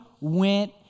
went